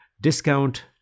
discount